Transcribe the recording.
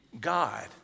god